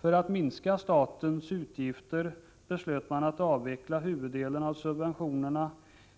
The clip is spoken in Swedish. För att minska statens utgifter beslöt man att avveckla huvuddelen av subventionerna,